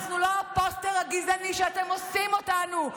אנחנו לא הפוסטר הגזעני שאתם עושים אותנו.